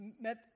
met